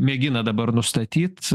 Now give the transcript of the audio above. mėgina dabar nustatyt